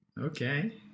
Okay